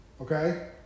Okay